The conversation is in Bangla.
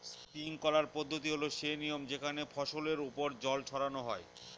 স্প্রিংকলার পদ্ধতি হল সে নিয়ম যেখানে ফসলের ওপর জল ছড়ানো হয়